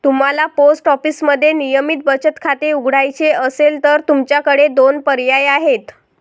तुम्हाला पोस्ट ऑफिसमध्ये नियमित बचत खाते उघडायचे असेल तर तुमच्याकडे दोन पर्याय आहेत